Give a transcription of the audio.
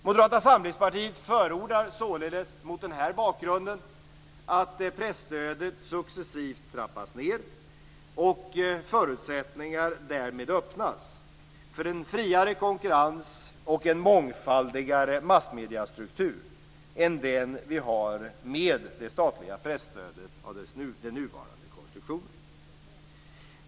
Moderata samlingspartiet förordar således mot den bakgrunden att presstödet successivt trappas ned och förutsättningar därmed öppnas för en friare konkurrens och en mer mångfaldig massmediestruktur än den vi har med det statliga presstödet i den nuvarande konstruktionen.